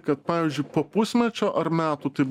kad pavyzdžiui po pusmečio ar metų taip